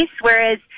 whereas